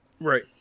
Right